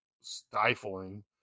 stifling